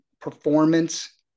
performance